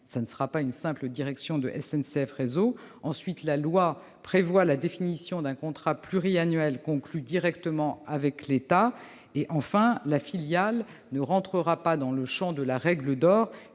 Il ne s'agira pas d'une simple direction de SNCF Réseau. Ensuite, la loi prévoit la définition d'un contrat pluriannuel conclu directement avec l'État. Enfin, la filiale n'entrera pas dans le champ de la règle d'or,